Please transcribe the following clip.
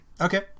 Okay